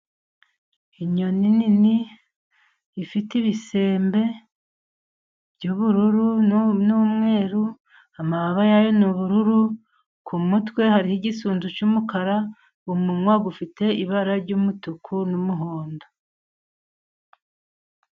Inyoni nini ifite ibisembe by'ubururu n'umweru, amababa yayo ni ubururu, ku mutwe hari igisunzu cy'umukara. Umunwa ufite ibara ry'umutuku n'umuhondo.